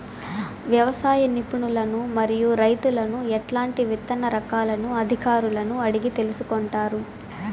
వ్యవసాయ నిపుణులను మరియు రైతులను ఎట్లాంటి విత్తన రకాలను అధికారులను అడిగి తెలుసుకొంటారు?